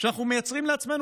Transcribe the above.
שאנחנו מייצרים לעצמנו,